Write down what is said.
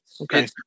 okay